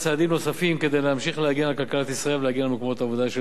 כדי להמשיך להגן על כלכלת ישראל ולהגן על מקומות העבודה של אזרחי ישראל.